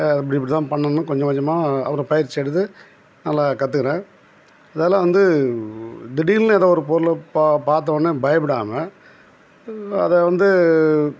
இப்படி இப்படி தான் பண்ணணும்னு கொஞ்சம் கொஞ்சமா அப்புறம் பயிற்சி எடுத்து நல்லா கற்றுக்குனேன் அதால் வந்து திடீர்னு ஏதோ ஒரு பொருளை பா பார்த்தவொன்னே பயப்படாம அதை வந்து